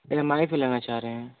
E M I पर लेना चाह रहे हैं